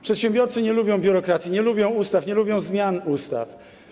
Przedsiębiorcy nie lubią biurokracji, nie lubią ustaw, nie lubią zmian ustaw.